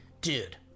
Dude